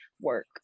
work